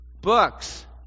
books